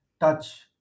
touch